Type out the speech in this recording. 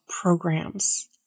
programs